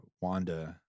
Wanda